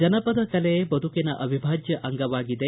ಜನಪದ ಕಲೆ ಬದುಕಿನ ಅವಿಭಾಜ್ಯ ಅಂಗವಾಗಿದೆ